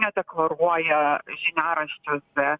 nedeklaruoja žiniaraščiuose